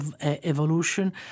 evolution